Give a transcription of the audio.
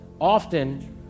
often